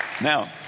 Now